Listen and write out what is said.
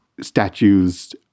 statues